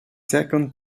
second